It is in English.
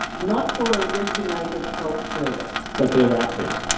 not for a regulated health service. but they're out there.